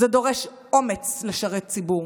זה דורש אומץ לשרת ציבור.